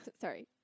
Sorry